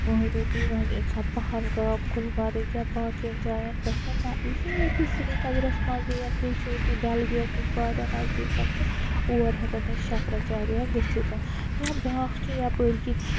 مٲنِو تُہۍ وۄنۍ اِنسان پَہَلگام گُلمرَگ یا باقٕیَن جایَن گَژھن نہ یہِ چھُ ییٚتی سری نگرَس منٛزٕے یَنۍ بیٚیہِ چھُ ییٚتی ڈَلگیٹ نِش وارِیَاہ نَزدیک تہٕ اور ہیٚکَن تِم شَنکَر اَچارِیا گژتھ یا بِیٛاکھ چھِ یَپٲر کِنۍ